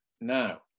Now